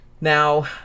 Now